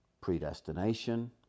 predestination